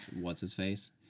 what's-his-face